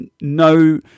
no